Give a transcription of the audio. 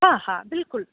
ठीकु आहे हा बिल्कुलु